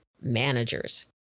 managers